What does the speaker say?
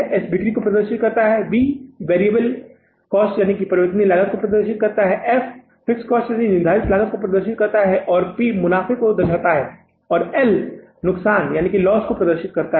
S बिक्री को प्रदर्शित करता है V परिवर्तनीय लागत को प्रदर्शित करता है F निर्धारित लागत को प्रदर्शित करता है लाभ P मुनाफे को प्रदर्शित करता है और L नुकसान को प्रदर्शित करता है